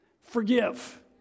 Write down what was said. Forgive